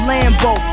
Lambo